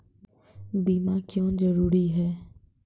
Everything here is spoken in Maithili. बीमा क्यों जरूरी हैं?